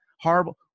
horrible